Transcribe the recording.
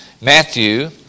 Matthew